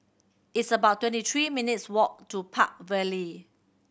it's about twenty three minutes' walk to Park Vale